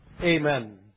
Amen